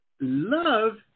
love